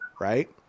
right